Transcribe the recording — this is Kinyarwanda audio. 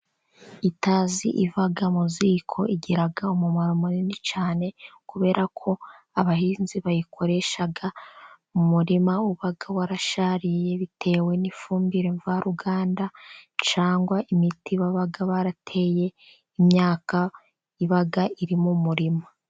Itazi riva mu iziko, rigiga umumaro munini cyane kubera ko abahinzi bayikoreshaga mu muririma uba warashariye bitewe n'ifumbire mvaruganda cyangwa imiti baba barateye imyaka iba iri mu murima.